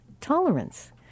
tolerance